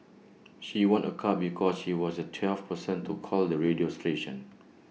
she won A car because she was the twelfth person to call the radio station